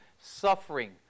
suffering